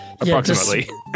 Approximately